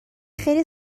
خیر